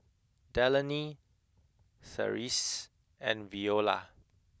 Delaney Therese and Viola